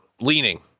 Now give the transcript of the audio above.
Leaning